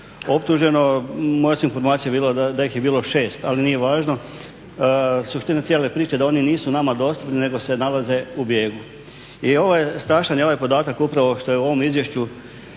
optuženo. Moje su informacije bile da ih je bilo šest, ali nije važno. Suština cijele priče je da oni nisu nama dostupni nego se nalaze u bijegu. I strašan je ovaj podatak upravo što je u ovom izvješću